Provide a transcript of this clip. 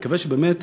אני מקווה שבאמת